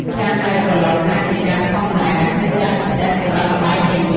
ចានដែលក្រឡុកអាចជាចានធម្មតា ឬចានពិសេសសម្រាប់ល្បែងនេះ។